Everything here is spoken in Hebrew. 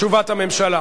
תשובת הממשלה.